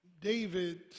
David